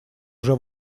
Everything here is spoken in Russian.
уже